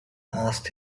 asked